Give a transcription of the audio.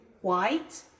white